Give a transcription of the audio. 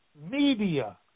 media